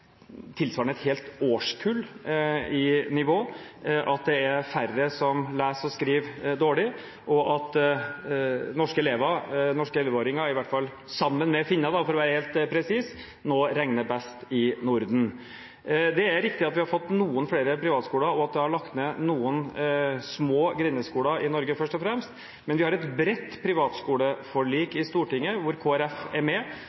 tilsvarende et helt årskull i nivå, at det er færre som leser og skriver dårlig, og at norske elleveåringer – sammen med finner, for å være helt presis – nå regner best i Norden. Det er riktig at vi har fått noen flere privatskoler, og at det er blitt lagt ned noen små grendeskoler – først og fremst – i Norge. Men vi har et bredt privatskoleforlik i Stortinget, hvor Kristelig Folkeparti er med